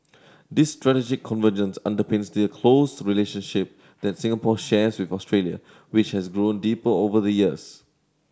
this strategic convergence underpins the close relationship that Singapore shares with Australia which has grown deeper over the years